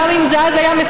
גם אם זה היה אז מקובל,